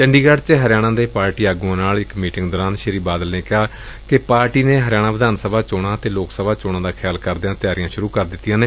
ਚੰਡੀਗੜ੍ ਚ ਹਰਿਆਣਾ ਦੇ ਪਾਰਟੀ ਆਗੁਆਂ ਨਾਲ ਇਕ ਮੀਟਿੰਗ ਦੌਰਾਨ ਸ੍ਰੀ ਬਾਦਲ ਨੇ ਕਿਹਾ ਕਿ ਪਾਰਟੀ ਨੇ ਹਰਿਆਣਾ ਵਿਧਾਨ ਸਭਾ ਚੋਣਾਂ ਅਤੇ ਲੋਕ ਸਭਾ ਚੋਣਾਂ ਦਾ ਖਿਆਲ ਕਰਦਿਆਂ ਤਿਆਰੀਆਂ ਸੁਰੁ ਕਰ ਦਿੱਤੀਆਂ ਨੇ